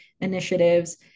initiatives